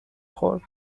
خورد